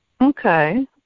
Okay